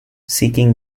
seeking